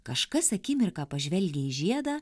kažkas akimirką pažvelgia į žiedą